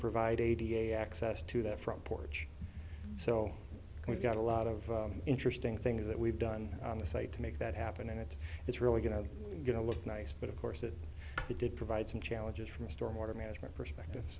provide a da access to that front porch so we've got a lot of interesting things that we've done on the site to make that happen and it is really going to get a look nice but of course it did provide some challenges from a storm water management perspective